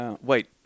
wait